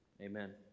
amen